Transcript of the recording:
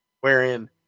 wherein